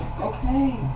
Okay